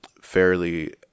fairly